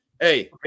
hey